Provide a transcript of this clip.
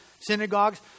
synagogues